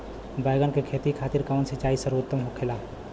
बैगन के खेती खातिर कवन सिचाई सर्वोतम होखेला?